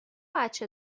بچه